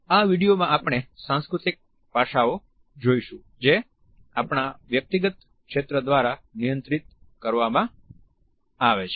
આ વિડીયો માં આપણે સાંસ્કૃતિક પાસોઓ જોઈશું જે આપણા વ્યક્તિગત ક્ષેત્ર દ્વારા નિયંત્રિત કરવામાં આવે છે